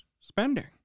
spending